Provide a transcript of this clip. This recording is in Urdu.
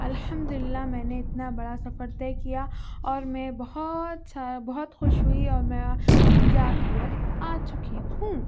الحمد للّہ میں نے اتنا بڑا سفر طے کیا اور میں بہت سارا بہت خوش ہوئی اور میں جا کے بھی آ چکی ہوں